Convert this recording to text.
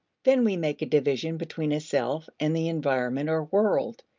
then we make a division between a self and the environment or world.